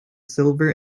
silver